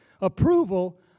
Approval